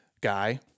guy